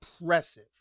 impressive